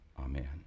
Amen